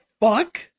fuck